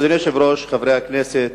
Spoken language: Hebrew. אדוני היושב-ראש, חברי הכנסת,